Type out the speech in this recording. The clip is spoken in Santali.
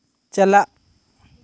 ᱪᱟᱞᱟᱜ